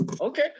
Okay